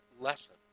lesson